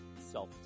self